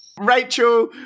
Rachel